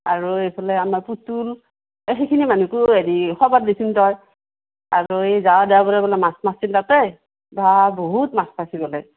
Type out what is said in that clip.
আৰু এইফালে আমাৰ পুতুল এই সিখিনি মানুহকো হেৰি খবৰ দিচুন তই আৰু এই যাৱা দেওবাৰে বোলে মাছ মাৰছিল তাতে বা বহুত মাছ পাইছি বোলে